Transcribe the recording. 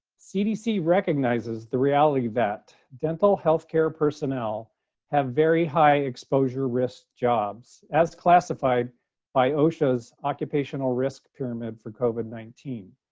cdc recognizes the reality that dental healthcare personnel have very high exposure risk jobs as classified by osha's occupational risk pyramid for covid nineteen.